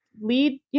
lead